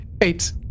eight